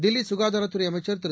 தில்லி சுகாதாரத்துறை அமைச்சர் திரு